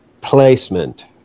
placement